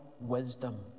wisdom